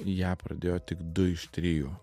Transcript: ją pradėjo tik du iš trijų